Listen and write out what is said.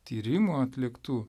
tyrimų atliktų